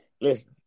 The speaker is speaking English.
listen